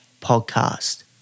podcast